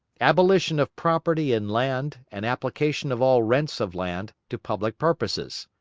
abolition of property in land and application of all rents of land to public purposes.